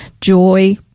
joy